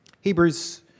Hebrews